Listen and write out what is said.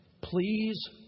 Please